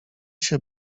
się